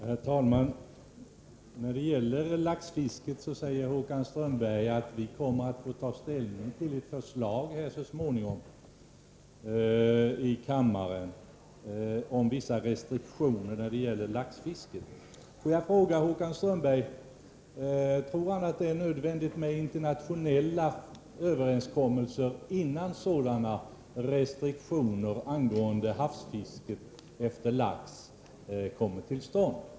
Herr talman! När det gäller laxfisket säger Håkan Strömberg att vi här i kammaren kommer att få ta ställning så småningom till ett förslag om vissa restriktioner. Tror Håkan Strömberg att det är nödvändigt med internationella överenskommelser, innan restriktioner angående havsfisket efter lax kommer till stånd?